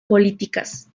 políticas